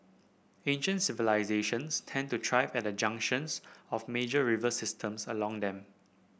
ancient civilisations tended to thrive at the junctions of major river systems along them